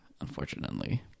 Unfortunately